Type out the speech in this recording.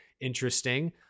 interesting